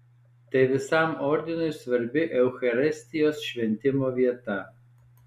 tai visam ordinui svarbi eucharistijos šventimo vieta